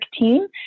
team